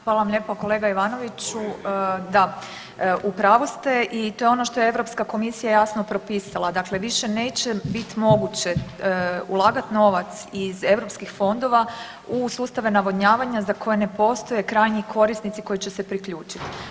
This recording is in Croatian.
Hvala vam lijepa kolega Ivanoviću, da u pravu ste i to je ono što je Europska komisija jasno propisala, dakle više neće biti moguće ulagati novac iz europskih fondova u sustave navodnjavanja za koje ne postoje krajnji korisnici koji će se priključiti.